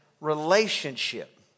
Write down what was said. relationship